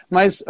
Mas